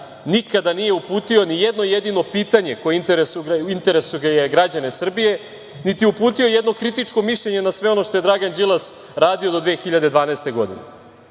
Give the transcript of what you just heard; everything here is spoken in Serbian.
nikada nije uputio ni jedno jedino pitanje koje interesuje građane Srbije, niti je uputio jedno kritičko mišljenje na sve ono što je Dragan Đilas radio do 2012.